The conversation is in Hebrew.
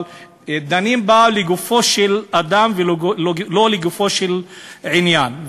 אבל דנים בה לגופו של אדם ולא לגופו של עניין,